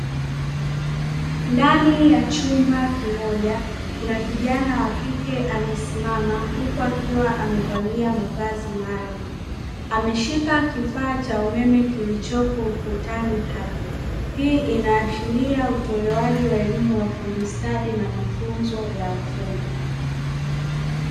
Ndani ya chumba kimoja kuna kijana wa kike amesimama huku akiwa amevalia mavazi maalumu, ameshika kifaa cha umeme kilichopo ukutani hapo hii inaashiria utolewaji wa elimu ya ufundi stadi na mafunzo ya ufundi.